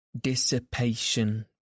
Dissipation